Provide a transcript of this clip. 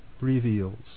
reveals